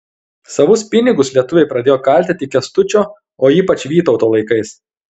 savus pinigus lietuviai pradėjo kalti tik kęstučio o ypač vytauto laikais